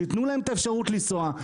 שייתנו להם את האפשרות לנסוע,